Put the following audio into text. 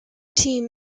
team